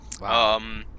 Wow